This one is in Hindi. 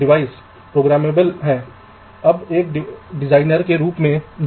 तो सेल में क्षैतिज मार्ग के लिए यह पहले से ही किया जाता है